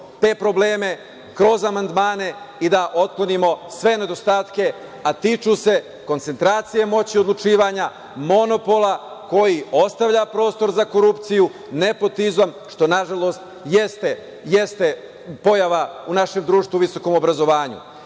te probleme kroz amandmane i da otklonimo sve nedostatke, a tiču se koncentracije moći odlučivanja, monopola koji ostavlja prostor za korupciju, nepotizam, što nažalost jeste pojava u našem društvu u visokom obrazovanju.I